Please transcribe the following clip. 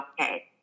okay